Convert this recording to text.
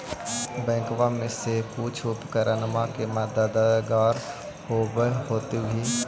बैंकबा से कुछ उपकरणमा के मददगार होब होतै भी?